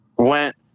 went